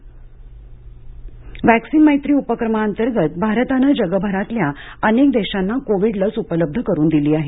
vaccine Maitri vaccine Maitri उपक्रमाअंतर्गत भारतानं जगभरातल्या अनेक देशांना कोविड लस उपलब्ध करून दिलीं आहे